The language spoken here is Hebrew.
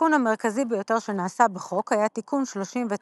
התיקון המרכזי ביותר שנעשה בחוק היה תיקון 39